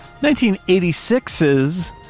1986's